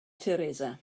teresa